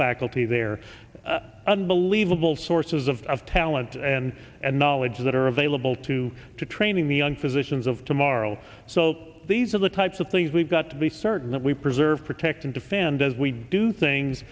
faculty there unbelievable sources of of talent and and knowledge that are available to training the young physicians of tomorrow so these are the types of things we've got to be certain that we preserve protect and defend as we do things